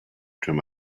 through